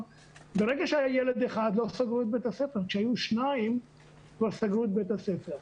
ברגע שהיה ילד אחד, לא סגרו את בית הספר.